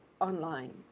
online